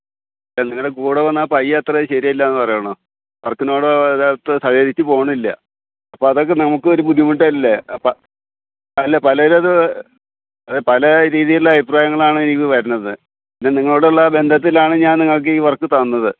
അല്ല നിങ്ങളുടെ കൂടെ വന്ന ആ പയ്യൻ അത്ര ശരിയല്ലാന്ന് പറയണു വർക്കിനോട് ഒരല്പം സഹകരിച്ചു പോണില്ല അപ്പതൊക്കെ നമുക്ക് ഒരു ബുദ്ധിമുട്ടല്ലേ പ അല്ല പലരും അത് പല രീതീലാണ് അഭിപ്രായങ്ങളാണ് എനിക്ക് വരണത് നിങ്ങളോടുള്ള ബന്ധത്തിലാണ് ഞാൻ നിങ്ങക്കീ വർക്ക് തന്നത്